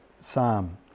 Psalm